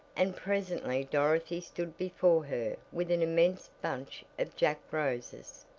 and presently dorothy stood before her with an immense bunch of jack roses.